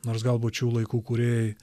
nors galbūt šių laikų kūrėjai